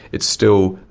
it's still,